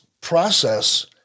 process